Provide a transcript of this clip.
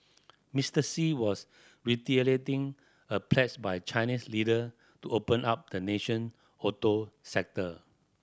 Mister Xi was reiterating a pledge by Chinese leader to open up the nation auto sector